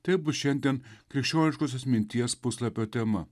tai bus šiandien krikščioniškosios minties puslapio tema